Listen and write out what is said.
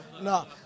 No